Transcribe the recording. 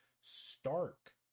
stark